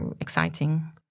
exciting